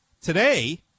today